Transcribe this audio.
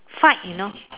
fight you know